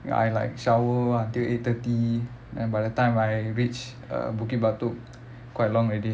I like shower until eight thirty then by the time I reach uh bukit batok quite long already